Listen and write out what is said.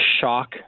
shock